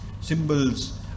symbols